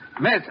Miss